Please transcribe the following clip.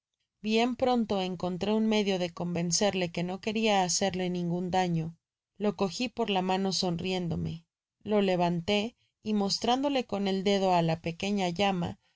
bien pronto encontré un medio de convencerle que no queria hacerle ningun daño lo cogi por ls mano sonriéndome lo levanté y mostrándole con el dedo ála pequeña llama